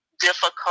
difficult